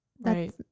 right